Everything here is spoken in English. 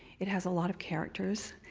it has a lot of characters,